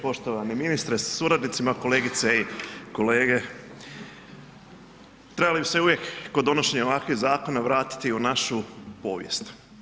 Poštovani ministre sa suradnicima, kolegice i kolege, trebali bi se uvijek kod donošenja ovakvih zakona vratiti u našu povijest.